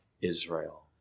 Israel